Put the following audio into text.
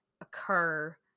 occur